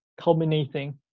culminating